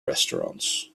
restaurants